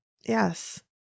Yes